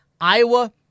Iowa